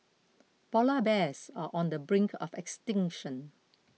Polar Bears are on the brink of extinction